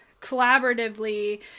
collaboratively